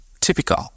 typical